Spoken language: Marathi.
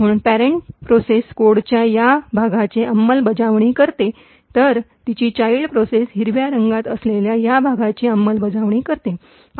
म्हणूनच पेरन्ट प्रक्रिया कोडच्या या भागाची अंमलबजावणी करते तर तिची चाईल्ड प्रोसेस हिरव्या रंगात असलेल्या या भागाची अंमलबजावणी करते